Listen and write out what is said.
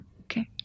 Okay